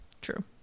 true